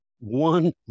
one